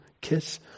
Kiss